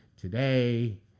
today